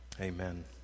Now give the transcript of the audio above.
amen